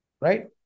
Right